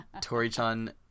Tori-chan